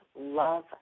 love